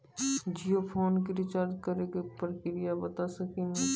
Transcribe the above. Jio phone के recharge करे के का प्रक्रिया बता साकिनी का?